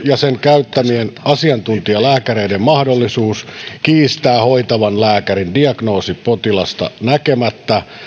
ja niiden käyttämien asiantuntijalääkäreiden mahdollisuus kiistää hoitavan lääkärin diagnoosi potilasta näkemättä